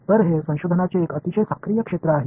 तर हे संशोधनाचे एक अतिशय सक्रिय क्षेत्र आहे